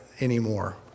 anymore